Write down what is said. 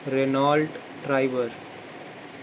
Renault Triber